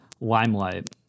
limelight